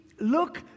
look